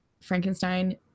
Frankenstein